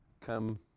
come